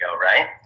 right